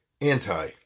anti